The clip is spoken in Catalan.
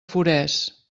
forès